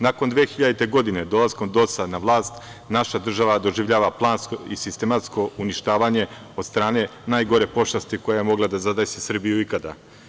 Nakon 2000. godine, dolaskom DOS na vlast, naša država doživljava plansko i sistematsko uništavanje od strane najgore pošasti koja je mogla da zadesi Srbiju ikada.